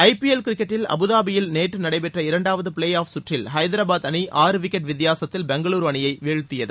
IPL கிரிக்கெட்டில் அபுதாபியில் நேற்று நடைபெற்ற இரண்டாவது பிளே ஆஃப் கற்றில் ஐதராபாத் அணி ஆறு விக்கெட் வித்தியாசத்தில் பெங்களுர் அணியை வீழ்த்தியது